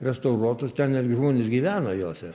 restauruotus ten netgi žmonės gyvena jose